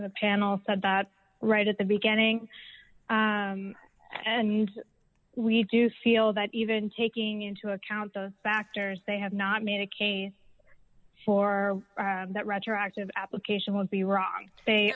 the panel said that right at the beginning and we do feel that even taking into account those factors they have not made a case for that retroactive application would be wrong they